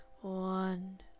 one